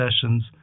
sessions